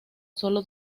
sólo